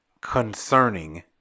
concerning